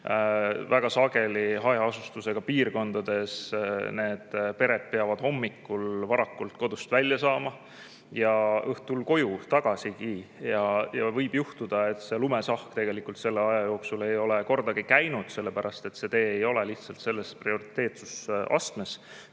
Väga sageli hajaasustusega piirkondades [elavad] pered peavad hommikul vara kodust välja saama ja õhtul koju tagasi. Võib juhtuda, et lumesahk pole selle aja jooksul kordagi käinud, sellepärast et see tee ei ole lihtsalt selle prioriteetsusastmega